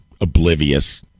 oblivious